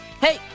Hey